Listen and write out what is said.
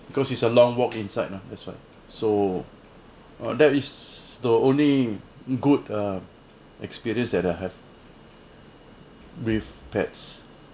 because it's a long walk inside lah that's right so that is the only good err experienced that I have with pets